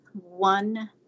one